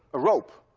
a rope,